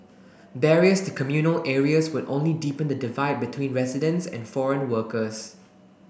barriers to communal areas would only deepen the divide between residents and foreign workers